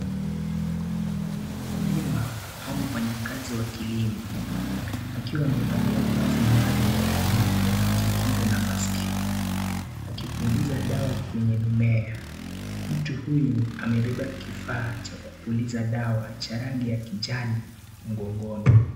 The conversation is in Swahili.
Ni mkulima au mfanyikazi wa kilimo akiwa amevalia vazi maalum nyeupe ya kujikinga na maski akipuliza dawa kwenye mimea . Mtu huyu amebeba kifaa cha kupuliza dawa ya rangi ya kijani mkongoni.